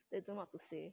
then don't know what to say